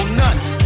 nuts